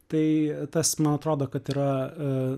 tai tas man atrodo kad yra